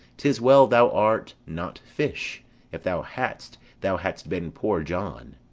tis well thou art not fish if thou hadst, thou hadst been poor-john.